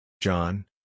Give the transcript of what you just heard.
John